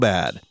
Bad